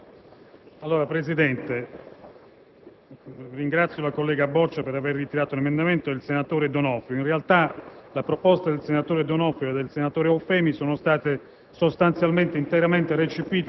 Presidente, mi riservo di motivare il voto all'emendamento 7.6; preciso però da subito che, rispetto all'articolo 341 del codice penale che si ripropone,